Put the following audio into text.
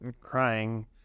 crying